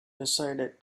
decided